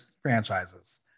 franchises